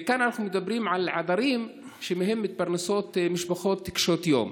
וכאן אנחנו מדברים על עדרים שמהם מתפרנסות משפחות קשות יום.